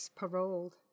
paroled